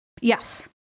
yes